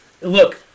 look